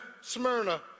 Smyrna